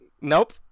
nope